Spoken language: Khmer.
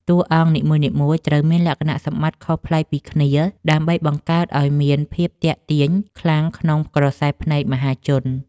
តួអង្គនីមួយៗត្រូវមានលក្ខណៈសម្បត្តិខុសប្លែកពីគ្នាដើម្បីបង្កើតឱ្យមានភាពទាក់ទាញខ្លាំងក្នុងក្រសែភ្នែកមហាជន។